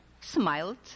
smiled